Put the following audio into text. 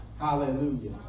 Hallelujah